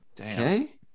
Okay